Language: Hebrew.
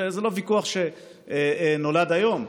זה לא ויכוח שנולד היום,